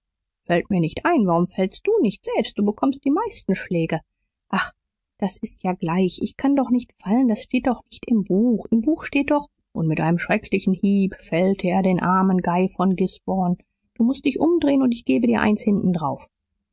fällt mir nicht ein warum fällst du nicht selbst du bekommst die meisten schläge ach das ist ja gleich ich kann doch nicht fallen das steht doch nicht im buch im buch steht doch und mit einem schrecklichen hieb fällte er den armen guy von guisborne du mußt dich umdrehen und ich geb dir eins hinten drauf